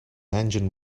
engine